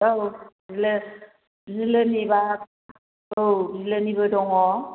औ बिलोनिबा औ बिलोनिबो दङ